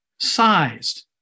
sized